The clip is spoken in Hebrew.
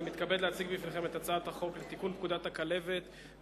אני מתכבד להציג בפניכם את הצעת החוק לתיקון פקודת הכלבת (מס' 5),